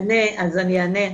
אענה,